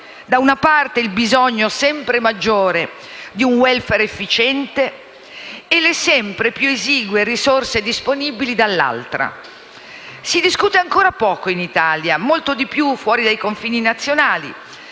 da una parte il bisogno sempre maggiore di un *welfare* efficiente e le sempre più esigue risorse disponibili, dall'altra. Si discute ancora poco in Italia - molto di più fuori dai confini nazionali